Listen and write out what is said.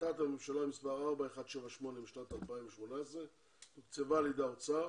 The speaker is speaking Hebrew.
החלטת ממשלה מספר 4178 משנת 2018 תוקצבה על ידי האוצר